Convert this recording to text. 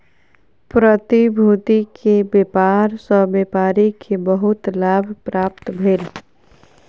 प्रतिभूति के व्यापार सॅ व्यापारी के बहुत लाभ प्राप्त भेल